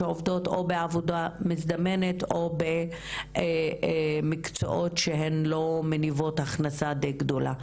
שעובדות בעבודה מזדמנת או במקצועות שהם לא מניבים הכנסה די גדולה.